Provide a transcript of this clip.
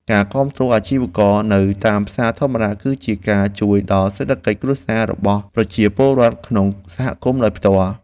ការគាំទ្រអាជីវករនៅផ្សារធម្មតាគឺជាការជួយដល់សេដ្ឋកិច្ចគ្រួសាររបស់ប្រជាពលរដ្ឋក្នុងសហគមន៍ដោយផ្ទាល់។